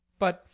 but,